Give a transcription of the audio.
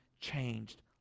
changed